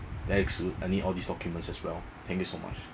that's good I need all these documents as well thank you so much